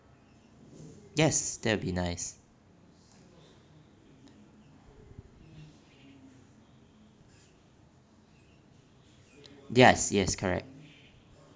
yes that'll be nice yes yes correct